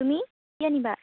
তুমি কি আনিবা